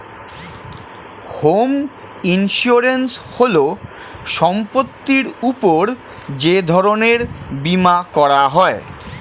home insurance হল সম্পত্তির উপর যে ধরনের বীমা করা হয়